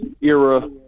era